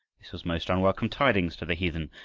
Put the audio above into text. this was most unwelcome tidings to the heathen,